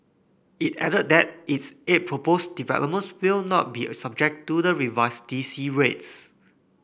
it added that its eight proposed developments will not be subject to the revised D C rates